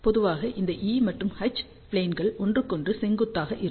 பொதுவாக இந்த E மற்றும் H ப்லேன்கள் ஒன்றுக்கொன்று செங்குத்தாக இருக்கும்